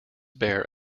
bear